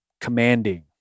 commanding